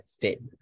fit